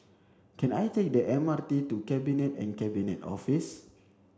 can I take the M R T to Cabinet and Cabinet Office